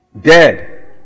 dead